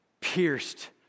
pierced